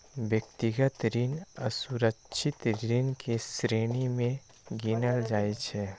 व्यक्तिगत ऋण असुरक्षित ऋण के श्रेणी मे गिनल जाइ छै